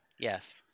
Yes